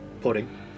pudding